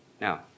Now